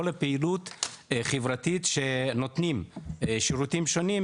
הפעילות החברתית שנותנים שירותים שונים,